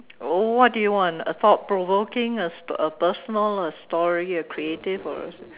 what do you want a thought provoking a a personal a story a creative or a